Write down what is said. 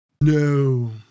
No